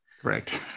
Correct